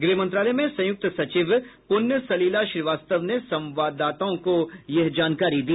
गृह मंत्रालय में संयुक्त सचिव पुण्य सलिला श्रीवास्तव ने संवाददाताओं को यह जानकारी दी